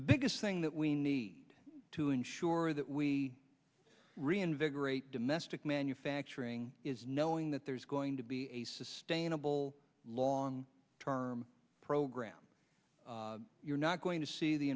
the biggest thing that we need to ensure that we reinvigorate domestic manufacturing is knowing that there's going to be a sustainable long term program you're not going to see the